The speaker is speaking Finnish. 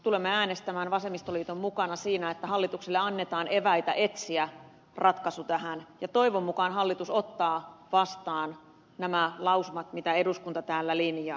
tulemme äänestämään vasemmistoliiton mukana siitä että hallitukselle annetaan eväitä etsiä ratkaisu tähän ja toivon mukaan hallitus ottaa vastaan nämä lausumat joita eduskunta täällä linjaa